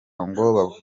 ngo